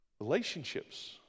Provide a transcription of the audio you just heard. Relationships